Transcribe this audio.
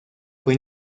fue